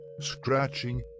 scratching